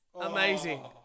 Amazing